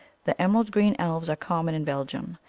the emerald-green elves are common in belgium,